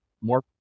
more